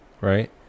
right